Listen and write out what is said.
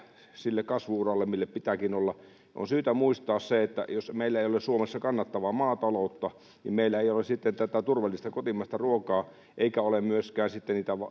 sille kasvu uralle millä pitääkin olla on syytä muistaa se että jos meillä ei ole suomessa kannattavaa maataloutta niin meillä ei ole sitten tätä turvallista kotimaista ruokaa eikä ole myöskään sitten niitä